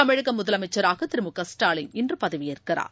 தமிழக முதலமைச்சராக திரு மு க ஸ்டாலின் இன்று பதவியேற்கிறார்